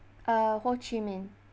uh ho chi minh